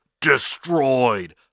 destroyed